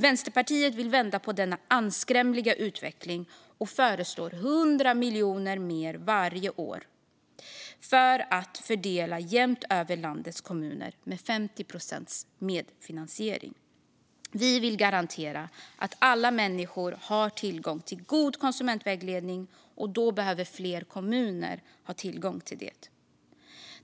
Vänsterpartiet vill vända på denna anskrämliga utveckling och föreslår 100 miljoner mer varje år att fördela jämnt över landets kommuner med 50 procents medfinansiering. Vi vill garantera att alla människor har tillgång till god konsumentvägledning, och då behöver fler kommuner ge tillgång till den.